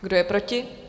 Kdo je proti?